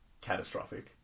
catastrophic